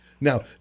Now